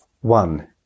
One